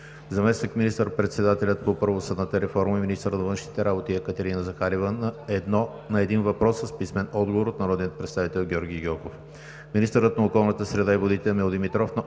заместник министър-председателят по правосъдната реформа и министър на външните работи Екатерина Захариева на един въпрос с писмен отговор от народния представител Георги Гьоков; - министърът на околната среда и водите Емил Димитров на осем